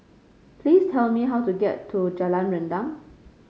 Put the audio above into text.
please tell me how to get to Jalan Rendang